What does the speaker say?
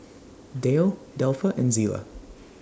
Dayle Delpha and Zela